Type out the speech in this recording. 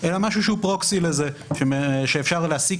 אלא משהו שהוא פרוקסי לזה שאפשר להסיק